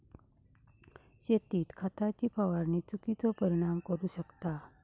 शेतीत खताची फवारणी चुकिचो परिणाम करू शकता